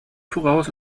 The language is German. voraus